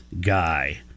guy